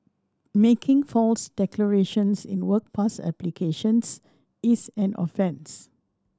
making false declarations in work pass applications is an offence